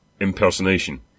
impersonation